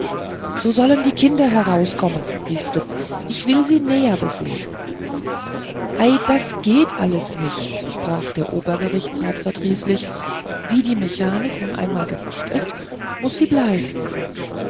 so sollen die kinder herunterkommen rief fritz ich will sie näher besehen ei das geht alles nicht sprach der obergerichtsrat verdrießlich wie die mechanik nun einmal gemacht ist muß sie bleiben